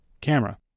camera